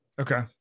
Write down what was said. Okay